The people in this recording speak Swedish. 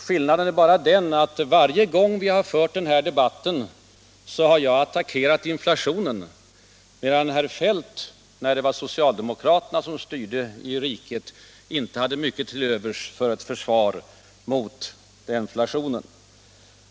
Skillnaden är bara den att varje gång vi fört den debatten har jag attackerat inflationen, medan herr Feldt när det var socialdemokraterna som styrde i riket inte hade mycket till övers för ett försvar mot inflationen.